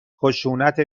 خشونت